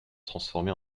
transformés